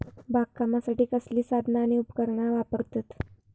बागकामासाठी कसली साधना आणि उपकरणा वापरतत?